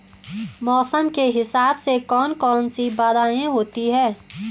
मौसम के हिसाब से कौन कौन सी बाधाएं होती हैं?